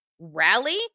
rally